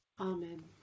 Amen